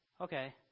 Okay